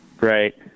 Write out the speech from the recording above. Right